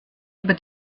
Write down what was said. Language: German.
über